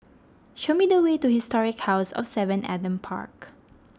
show me the way to Historic House of Seven Adam Park